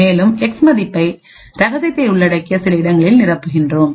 மேலும் எக்ஸ் மதிப்பை ரகசியத்தை உள்ளடக்கிய சில இடங்களில் நிரப்புகிறோம்